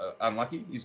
unlucky